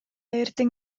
эртең